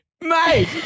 mate